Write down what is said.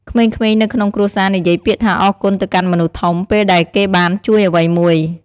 ក្មេងៗនៅក្នុងគ្រួសារនិយាយពាក្យថាអរគុណទៅកាន់មនុស្សធំ ពេលដែលគេបានជួយអ្វីមួយ។